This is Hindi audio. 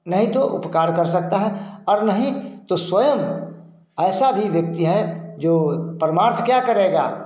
नहीं तो उपकार कर सकता है और नहीं तो स्वयं ऐसा भी व्यक्ति है जो परमार्थ क्या करेगा